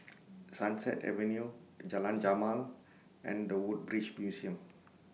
Sunset Avenue Jalan Jamal and The Woodbridge Museum